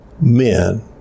men